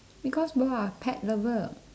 because both are pet lover